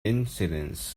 incidents